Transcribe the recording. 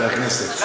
חבר הכנסת,